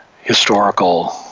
historical